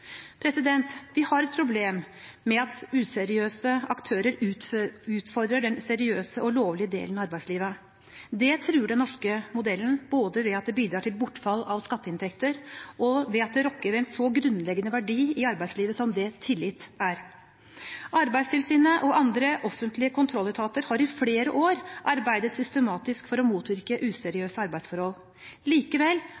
Vi har et problem med at useriøse aktører utfordrer den seriøse og lovlige delen av arbeidslivet. Det truer den norske modellen både ved at det bidrar til bortfall av skatteinntekter, og ved at det rokker ved en så grunnleggende verdi i arbeidslivet som tillit er. Arbeidstilsynet og andre offentlige kontrolletater har i flere år arbeidet systematisk for å motvirke